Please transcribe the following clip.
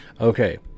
Okay